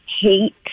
hate